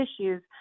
issues